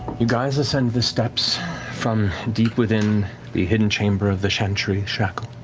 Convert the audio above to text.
you guys ascend the steps from deep within the hidden chamber of the chantry shackle.